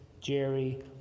Jerry